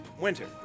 winter